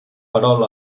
perol